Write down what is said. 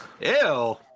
Ew